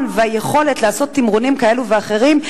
והיכולת לעשות תמרונים כאלו ואחרים.